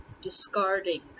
discarding